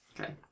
Okay